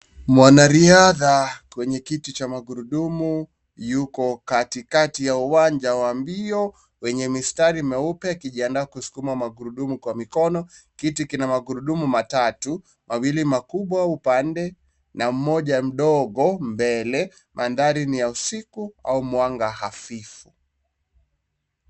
Mwanariadha kwenye kiti cha magurudumu yuko katikati ya uwanja wa mbio wenye mistari meupe akijiandaa kusukuma magurudumu kwa mikono. Kiti kina magurudumu matatu, mawili makubwa upande na mmoja mdogo mbele. Mandhari ni ya usiku au mwanga hafifu.